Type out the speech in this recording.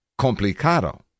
complicado